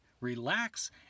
relax